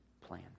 plan